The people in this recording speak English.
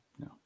No